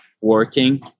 Working